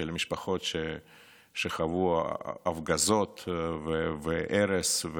של המשפחות שחוו הפגזות והרס,